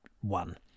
one